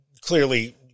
clearly